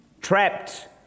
trapped